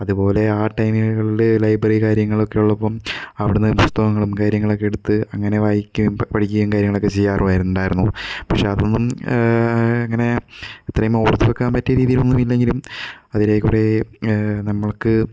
അതുപോലെ ആ ടൈമുകളില് ലൈബ്രറി കാര്യങ്ങളൊക്കെ ഉള്ളപ്പോൾ അവിടെ നിന്ന് പുസ്തകങ്ങളും കാര്യങ്ങളൊക്കെ എടുത്ത് അങ്ങനെ വായിക്കുകയും പഠിക്കുകയും കാര്യങ്ങളൊക്കെ ചെയ്യാറുമായിരുന്നു ഉണ്ടായിരുന്നു പക്ഷെ അതൊന്നും ഇങ്ങനെ ഇത്രയും ഓർത്തുവെക്കാൻ പറ്റിയ രീതിയിൽ ഒന്നും ഇല്ലെങ്കിലും അതിലെ കുറേ നമ്മൾക്ക്